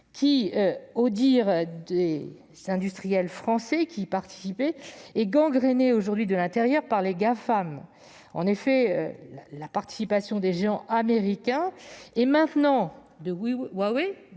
qui, au dire des industriels français qui y participaient, est aujourd'hui gangréné de l'intérieur par les Gafam ? En effet, la participation des géants américains et, maintenant, de Huawei,